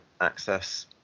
access